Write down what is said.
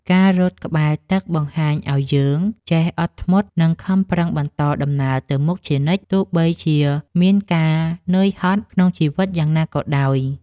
ការរត់ក្បែរទឹកបង្ហាត់ឱ្យយើងចេះអត់ធ្មត់ និងខំប្រឹងបន្តដំណើរទៅមុខជានិច្ច ទោះបីជាមានការនឿយហត់ក្នុងជីវិតយ៉ាងណាក៏ដោយ។